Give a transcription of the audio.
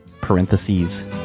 parentheses